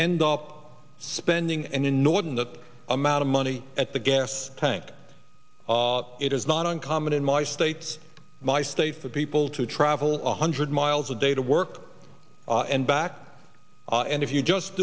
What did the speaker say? end up spending an inordinate amount of money at the gas tank it is not uncommon in my state's my state for people to travel one hundred miles a day to work and back and if you just